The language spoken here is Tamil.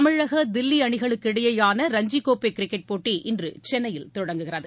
தமிழக தில்லி அணிகளுக்கு இடையேயான ரஞ்சிக்கோப்பை கிரிக்கெட் போட்டி இன்று சென்னையில் தொடங்குகிறது